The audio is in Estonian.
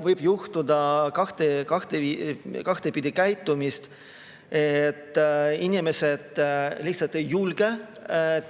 võib ette tulla kahtepidi käitumist: et inimesed lihtsalt ei julge